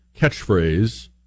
catchphrase